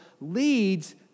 leads